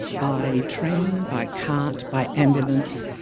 by train, by cart, by ambulance,